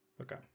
Okay